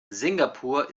singapur